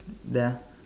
ya